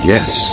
Yes